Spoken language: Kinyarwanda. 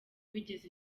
wigeze